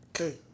Okay